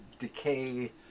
decay